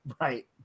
right